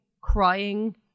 crying